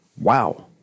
Wow